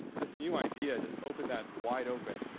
this new idea just opened that wide open,